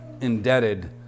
indebted